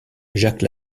jacques